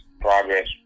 progress